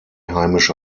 heimische